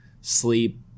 sleep